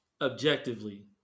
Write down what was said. Objectively